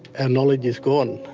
and knowledge is gone,